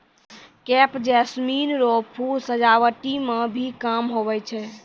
crepe jasmine रो फूल सजावटी मे भी काम हुवै छै